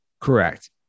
Correct